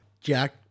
Jack